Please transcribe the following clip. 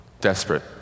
desperate